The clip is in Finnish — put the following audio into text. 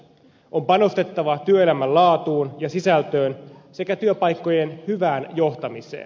on panostettava työelämän laatuun ja sisältöön sekä työpaikkojen hyvään johtamiseen